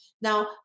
Now